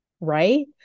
right